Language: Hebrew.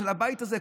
של הבית הזה,